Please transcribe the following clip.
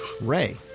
Ray